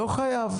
לא חייב.